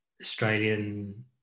Australian